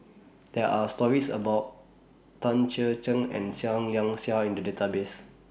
There Are stories about Tan Chee and Seah Liang Seah in The Database